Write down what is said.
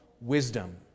wisdom